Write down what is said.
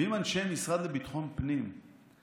ועם אנשי המשרד לביטחון פנים,